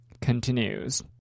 continues